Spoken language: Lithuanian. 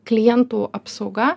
klientų apsauga